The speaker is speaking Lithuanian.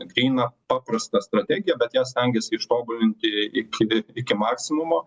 gryną paprastą strategiją bet jie stengiasi ištobulinti iki iki maksimumo